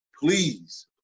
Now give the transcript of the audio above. please